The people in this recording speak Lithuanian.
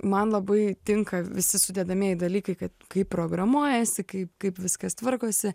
man labai tinka visi sudedamieji dalykai kad kaip programuojasi kaip kaip viskas tvarkosi